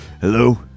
Hello